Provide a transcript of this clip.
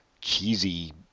cheesy